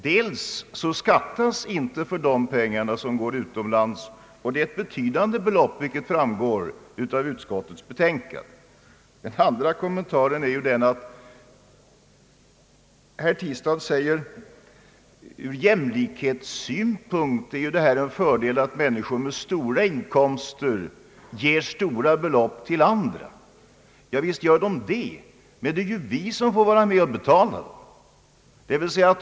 Vidare skattas inte för de pengar som går utomlands, och det är ett betydande belopp, vilket framgår av utskottets betänkande. Min andra kommentar kommer när herr Tistad säger, att ur jämlikhetssynpunkt är det en fördel att människor med stora inkomster ger stora belopp till andra. Ja visst, men det är vi som får vara med och betala.